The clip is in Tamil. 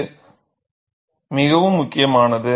அது மிகவும் முக்கியமானது